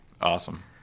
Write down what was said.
Awesome